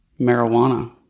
Marijuana